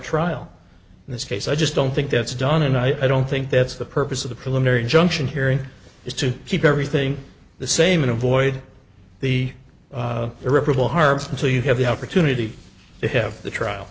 trial in this case i just don't think that's done and i don't think that's the purpose of the preliminary injunction hearing is to keep everything the same and avoid the irreparable harm so you have the opportunity to have the trial